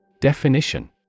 Definition